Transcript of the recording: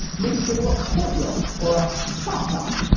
maybe, say, to a courtyard or a plaza.